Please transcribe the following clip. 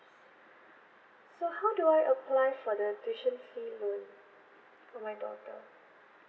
so how do I apply for the tuition fee loan for my daughter